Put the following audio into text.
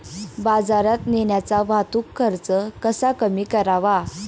बाजारात नेण्याचा वाहतूक खर्च कसा कमी करावा?